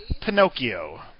Pinocchio